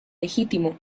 legítimo